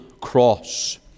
cross